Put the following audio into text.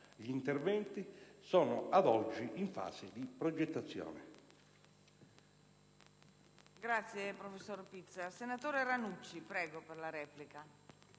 Gli interventi sono ad oggi in fase di progettazione.